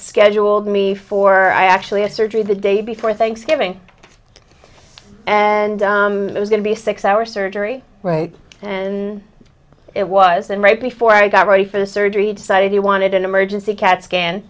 scheduled me for i actually had surgery the day before thanksgiving and it was going to be a six hour surgery right and it was and right before i got ready for the surgery decided he wanted an emergency cat scan